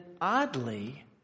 oddly